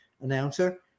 announcer